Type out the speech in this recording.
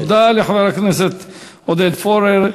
תודה לחבר הכנסת עודד פורר.